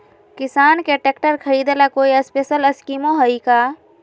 किसान के ट्रैक्टर खरीदे ला कोई स्पेशल स्कीमो हइ का?